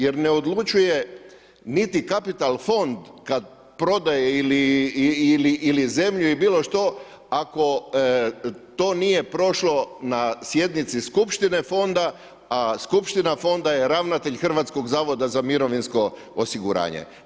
Jer ne odlučuje niti kapital fond kad prodaje ili zemlju i bilo što, ako to nije prošlo na sjednici skupštine fonda, a skupština fonda je ravnatelj Hrvatskog zavoda za mirovinskog osiguranje.